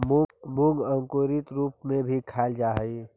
मूंग अंकुरित रूप में भी खाल जा हइ